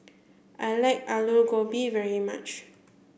I like Alu Gobi very much